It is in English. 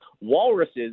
Walruses